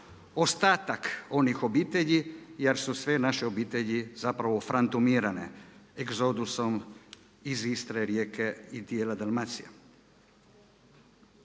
ostatak onih obitelji jer su sve naše obitelji zapravo frantumirane egzodusom iz Istre, Rijeke i dijela Dalmacije.